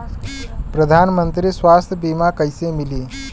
प्रधानमंत्री स्वास्थ्य बीमा कइसे मिली?